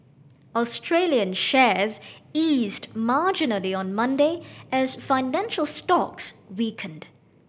Australian shares eased marginally on Monday as financial stocks weakened